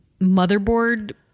motherboard